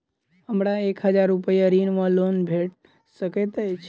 हमरा एक हजार रूपया ऋण वा लोन भेट सकैत अछि?